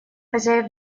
хозяев